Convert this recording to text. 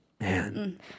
Man